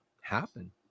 happen